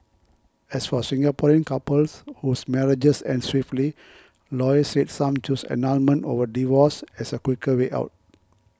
as for Singaporean couples whose marriages end swiftly lawyers said some choose annulment over divorce as a quicker way out